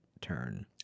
turn